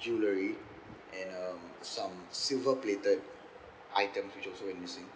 jewellery and um some silver plated items which also went missing